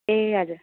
ए हजुर